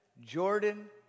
Jordan